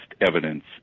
evidence